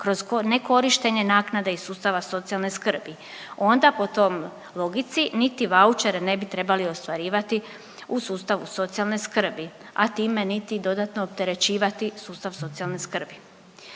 kroz nekorištenje naknade iz sustava socijalne skrbi. Onda po toj logici niti vaučere ne bi trebali ostvarivati u sustavu socijalne skrbi, a time niti dodatno opterećivati sustav socijalne skrbi.